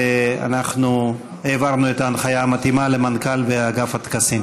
ואנחנו העברנו את ההנחיה המתאימה למנכ"ל ולאגף הטקסים.